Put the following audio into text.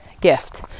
gift